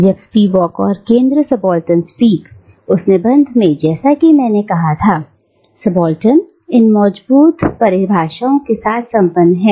अब स्पीवक और केंद्र सबाल्टर्न स्पीक उस निबंध जैसा कि मैंने कहा था सबाल्टर्न इन मौजूदा परिभाषाओं के साथ संलग्न है